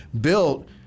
built